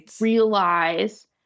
realize